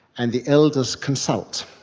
and the elders consult,